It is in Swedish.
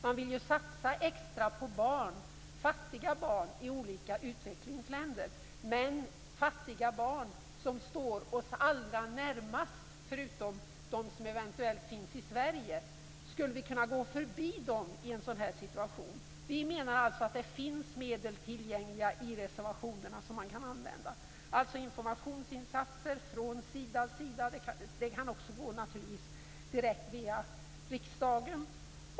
Man vill ju satsa extra på barn, fattiga barn i olika utvecklingsländer, men fattiga barn som står oss allra närmast, förutom de som eventuellt finns i Sverige - skulle vi kunna gå förbi dem i en sådan här situation? Vi menar att det finns medel tillgängliga i reservationerna som man kan använda. Det är informationsinsatser från Sida, och det kan naturligtvis också gå direkt via riksdagen.